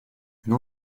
une